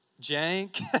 Jank